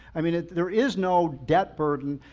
i mean there is no debt burden.